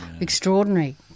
Extraordinary